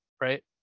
Right